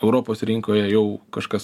europos rinkoje jau kažkas